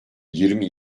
yirmi